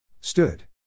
Stood